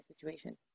situation